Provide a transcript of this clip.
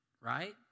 right